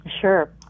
Sure